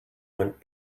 went